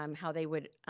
um how they would